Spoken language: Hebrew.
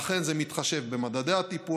למי שלא יודע לכן זה מתחשב במדדי הטיפוח,